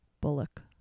Bullock